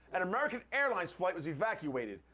an american airlines flight was evacuated,